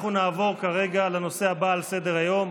אנחנו נעבור כרגע לנושא הבא על סדר-היום,